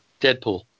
Deadpool